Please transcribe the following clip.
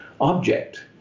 object